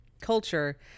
culture